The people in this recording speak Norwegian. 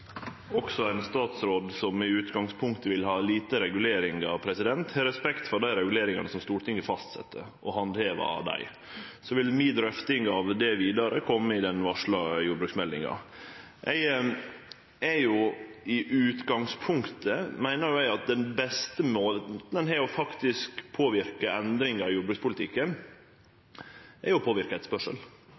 Også ein statsråd som i utgangspunktet vil ha få reguleringar, har respekt for dei reguleringane som Stortinget fastset, og handterer dei. Så vil mi drøfting av det vidare kome i den varsla jordbruksmeldinga. I utgangspunktet meiner eg at den beste måten ein har til å påverke endringar i jordbrukspolitikken på, er å